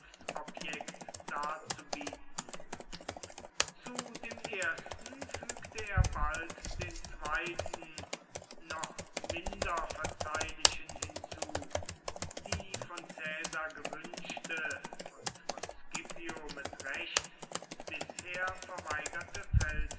angriffsobjekt darzubieten zu dem ersten fügte er bald den zweiten noch minder verzeihlichen hinzu die von caesar gewünschte und von scipio mit recht bisher verweigerte